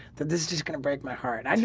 but this is going to break my heart? i mean